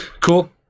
Cool